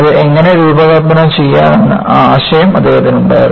അത് എങ്ങനെ രൂപകൽപ്പന ചെയ്യാമെന്ന ആശയം അദ്ദേഹത്തിനുണ്ടായിരുന്നു